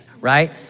right